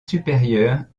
supérieur